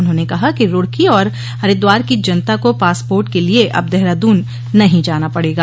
उन्होंने कहा कि रुड़की और हरिद्वार की जनता को पासपोर्ट के लिए अब देहरादून नहीं जाना पड़ेगा